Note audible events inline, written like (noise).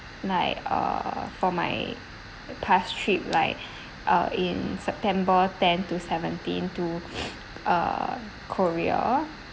like uh for my past trip like uh in september tenth to seventeenth to (breath) uh korea